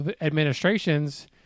administration's